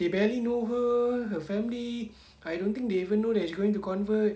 they barely know her her family I don't think they even though that he's going to convert